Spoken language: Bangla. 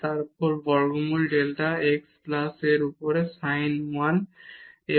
তারপর বর্গমূল ডেল্টা x প্লাস এর উপরে sin 1 আছে